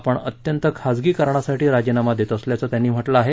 आपण अत्यंत खाजगी कारणांसाठी राजीनामा देत असल्याचं त्यांनी म्हटलं आहे